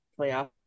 playoff